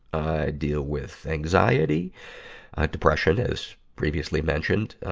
i deal with anxiety, ah depression, as previously mentioned.